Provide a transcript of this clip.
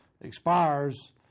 expires